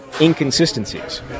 inconsistencies